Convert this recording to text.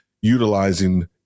utilizing